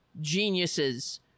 geniuses